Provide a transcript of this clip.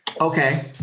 Okay